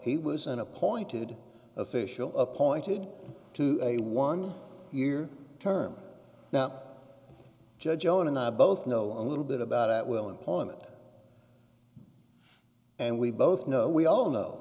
he was an appointed official appointed to a one year term and now judge owen and i both know a little bit about at will employment and we both know we all know